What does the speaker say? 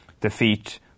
defeat